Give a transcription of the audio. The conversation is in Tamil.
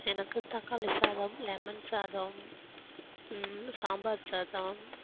எனக்கு தக்காளி சாதம் லெமன் சாதம் சாம்பார் சாதம்